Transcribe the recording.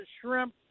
shrimp